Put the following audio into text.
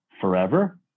forever